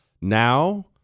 Now